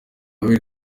biri